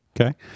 Okay